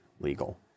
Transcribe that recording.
legal